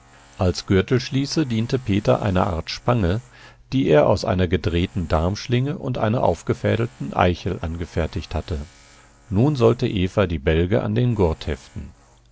als gürtelschließe diente peter eine art spange die er aus einer gedrehten darmschlinge und einer aufgefädelten eichel angefertigt hatte nun sollte eva die bälge an den gurt heften